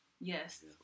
Yes